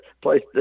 place